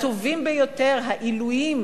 הטובים ביותר, העילויים,